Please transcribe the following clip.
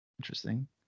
interesting